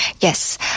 Yes